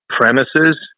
premises